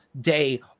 day